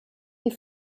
die